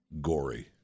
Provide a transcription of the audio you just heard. gory